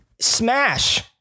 smash